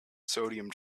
sodium